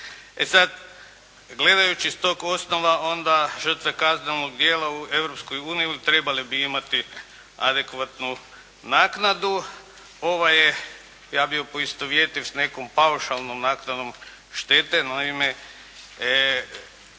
E sada gledajući s tog osnova onda žrtve kaznenog djela u Europskoj uniji trebale bi imati adekvatnu naknadu. Ova je ja bih je poistovjetio s nekom paušalnom naknadom štete. Naime,